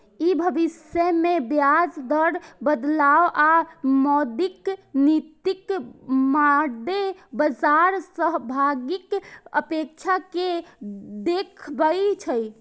ई भविष्य मे ब्याज दर बदलाव आ मौद्रिक नीतिक मादे बाजार सहभागीक अपेक्षा कें देखबै छै